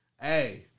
hey